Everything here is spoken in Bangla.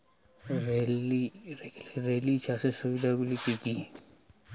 রিলে চাষের সুবিধা গুলি কি কি?